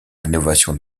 rénovation